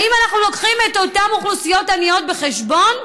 האם אנחנו לוקחים את אותן אוכלוסיות עניות בחשבון?